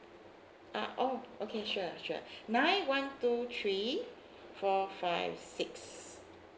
ah oh okay sure sure nine one two three four five six